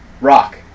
rock